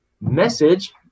message